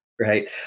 Right